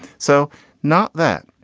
so not that,